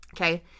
Okay